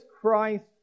Christ